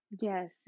Yes